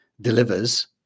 delivers